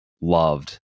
loved